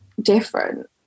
different